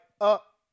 up